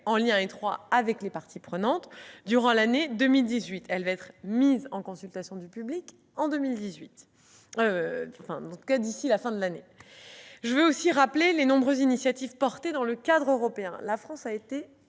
en lien étroit avec les parties prenantes durant l'année 2018. Elle sera mise en consultation publique d'ici à la fin de l'année. Je veux aussi rappeler les nombreuses initiatives portées dans le cadre européen. La France a été